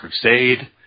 crusade